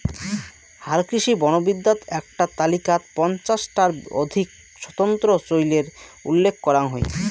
হালকৃষি বনবিদ্যাত এ্যাকটা তালিকাত পঞ্চাশ টার অধিক স্বতন্ত্র চইলের উল্লেখ করাং হই